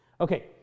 Okay